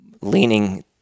leaning